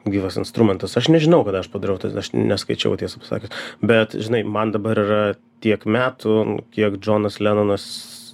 gyvas instrumentas aš nežinau kada aš padariau tas aš neskaičiavau tiesą pasakius bet žinai man dabar yra tiek metų kiek džonas lenonas